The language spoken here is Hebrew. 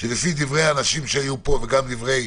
לפי דברי הדוברים פה וגם לפי דברי